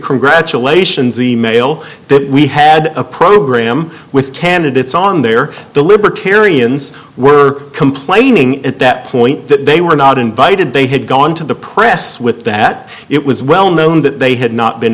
congratulations email that we had a program with candidates on there the libertarians were complaining at that point that they were not invited they had gone to the press with that it was well known that they had not been